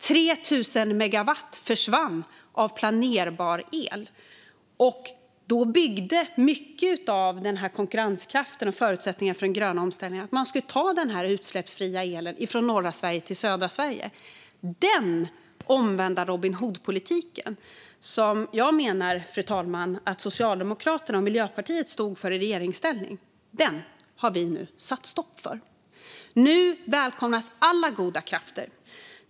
3 000 megawatt av planerbar el försvann. Mycket av konkurrenskraften och förutsättningarna för den gröna omställningen byggde på att man skulle ta den utsläppsfria elen från norra Sverige och ge den till södra Sverige. Den omvända Robin Hood-politiken - som jag menar att Socialdemokraterna och Miljöpartiet stod för i regeringsställning, fru talman - har vi nu satt stopp för. Nu välkomnas alla goda krafter.